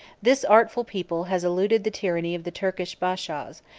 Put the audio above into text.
this artful people has eluded the tyranny of the turkish bashaws,